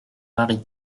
mari